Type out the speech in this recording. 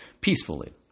peacefully